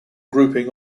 grouping